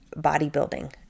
bodybuilding